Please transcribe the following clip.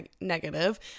negative